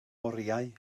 oriau